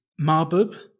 Marbub